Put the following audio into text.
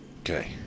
Okay